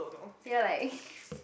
ya like